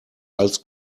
als